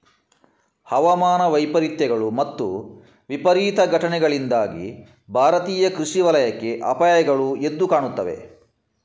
ಹವಾಮಾನ ವೈಪರೀತ್ಯಗಳು ಮತ್ತು ವಿಪರೀತ ಘಟನೆಗಳಿಂದಾಗಿ ಭಾರತೀಯ ಕೃಷಿ ವಲಯಕ್ಕೆ ಅಪಾಯಗಳು ಎದ್ದು ಕಾಣುತ್ತವೆ